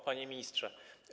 Panie Ministrze!